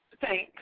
Thanks